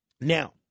Now